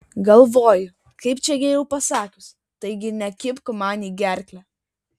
galvoju kaip čia geriau pasakius taigi nekibk man į gerklę